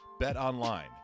BetOnline